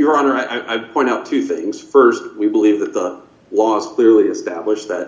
honor i point out two things st we d believe d that the was clearly d established that